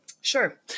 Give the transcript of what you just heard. sure